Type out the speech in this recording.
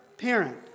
Parent